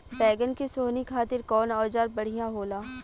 बैगन के सोहनी खातिर कौन औजार बढ़िया होला?